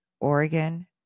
Oregon